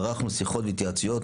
ערכנו שיחות והתייעצויות.